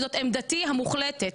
זאת עמדתי המוחלטת.